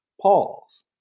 pause